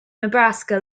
nebraska